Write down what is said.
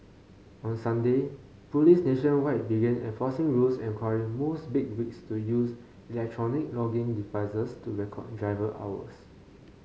on Sunday police nationwide began enforcing rules requiring most big rigs to use electronic logging devices to record driver hours